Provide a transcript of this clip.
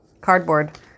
cardboard